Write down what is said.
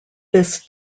this